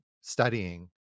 studying